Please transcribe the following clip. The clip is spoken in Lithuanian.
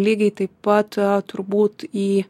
lygiai taip pat turbūt į